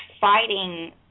fighting